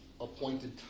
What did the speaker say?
appointed